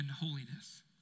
holiness